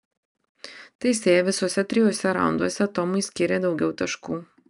teisėjai visuose trijuose raunduose tomui skyrė daugiau taškų